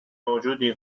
موجودی